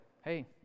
hey